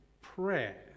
prayer